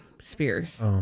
Spears